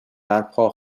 برپا